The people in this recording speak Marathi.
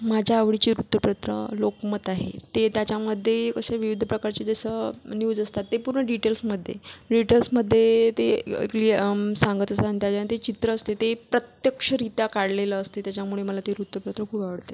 माझ्या आवडीचे वृत्तपत्र लोकमत आहे ते त्याच्यामध्ये असे विविध प्रकारचे जसं न्यूज असतात ते पूर्ण डिटेल्समध्ये डिटेल्समध्ये ते आपली सांगत असतात त्याच्यानं ते चित्र असते ते प्रत्यक्षरित्या काढलेलं असतं त्याच्यामुळे ते मला वृत्तपत्र खूप आवडते